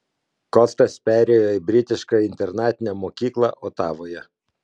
kostas perėjo į britišką internatinę mokyklą otavoje